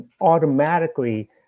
automatically